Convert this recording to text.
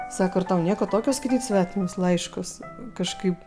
sako ar tau nieko tokio skaityt svetimus laiškus kažkaip